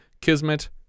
Kismet